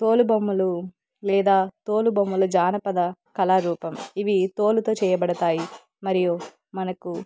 తోలు బొమ్మలు లేదా తోలుబొమ్మల జానపద కళారూపం ఇవి తోలుతో చేయబడతాయి మరియు మనకు